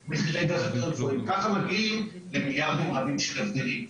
--- ככה מגיעים למיליארדים רבים של הבדלים.